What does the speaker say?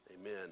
Amen